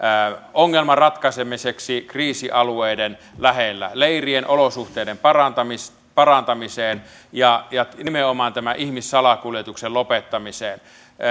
ongelman ratkaisemiseksi kriisialueiden lähellä leirien olosuhteiden parantamiseen parantamiseen ja ja nimenomaan tämän ihmissalakuljetuksen lopettamiseen